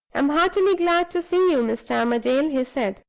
am heartily glad to see you, mr. armadale, he said,